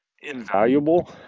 invaluable